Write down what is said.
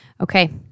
Okay